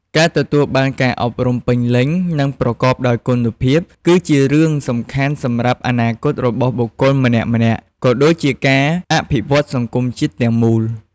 ការទទួលបានការអប់រំពេញលេញ និងប្រកបដោយគុណភាព គឺជារឿងសំខាន់សម្រាប់អនាគតរបស់បុគ្គលម្នាក់ៗ ក៏ដូចជាការអភិវឌ្ឍសង្គមជាតិទាំងមូល។